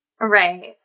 Right